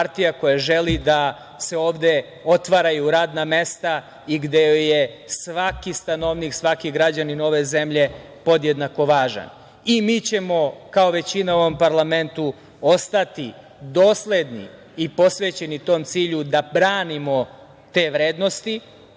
koja želi da se ovde otvaraju radna mesta i gde joj je svaki stanovnik, svaki građanin ove zemlje podjednako važan. Mi ćemo kao većina u ovom parlamentu ostati dosledni i posvećeni tom cilju da branimo te vrednosti,